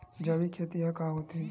जैविक खेती ह का होथे?